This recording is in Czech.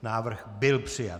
Návrh byl přijat.